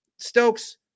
Stokes